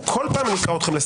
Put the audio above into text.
אני מקריא: